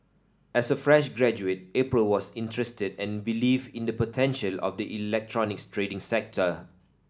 as a fresh graduate April was interested and believed in the potential of the electronics trading sector